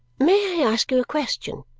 may i ask you a question?